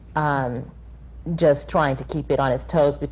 um just trying to keep it on its toes,